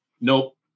nope